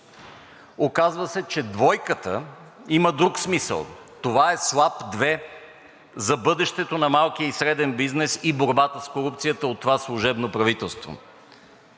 Оказва се, че двойката има друг смисъл – това е слаб 2 за бъдещето на малкия и среден бизнес и борбата с корупцията от това служебно правителство.